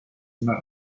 una